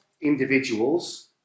individuals